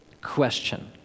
question